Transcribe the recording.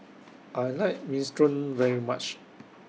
I like Minestrone very much